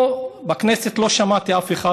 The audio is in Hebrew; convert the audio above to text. פה בכנסת לא שמעתי אף אחד,